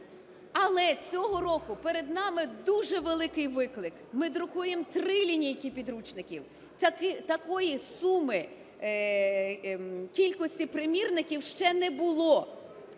Але цього року перед нами дуже великий виклик. Ми друкуємо три лінійки підручників, такої суми, кількості примірників ще не було,